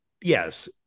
yes